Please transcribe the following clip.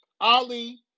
Ali